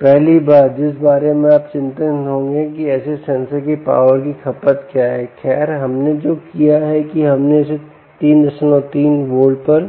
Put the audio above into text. पहली बात जिस बारे में आप चिंतित होंगे कि ऐसे सेंसर की पॉवर की खपत क्या हैखैर हमने जो किया है की हमने इसे 33 वोल्ट पर